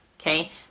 okay